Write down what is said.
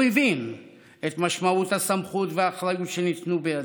הוא הבין את משמעות הסמכות והאחריות שניתנו בידיו.